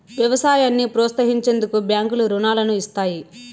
వ్యవసాయాన్ని ప్రోత్సహించేందుకు బ్యాంకులు రుణాలను ఇస్తాయి